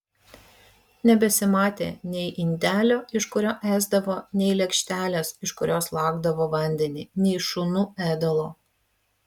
nebesimatė nei indelio iš kurio ėsdavo nei lėkštelės iš kurios lakdavo vandenį nei šunų ėdalo